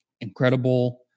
incredible